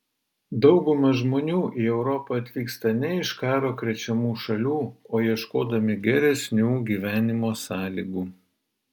dauguma žmonių į europą atvyksta ne iš karo krečiamų šalių o ieškodami geresnių gyvenimo sąlygų